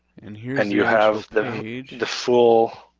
and you and you have the the full.